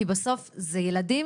כי בסוף אלה ילדים